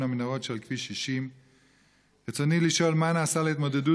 המנהרות שעל כביש 60. רצוני לשאול: 1. מה נעשה להתמודדות